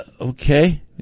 okay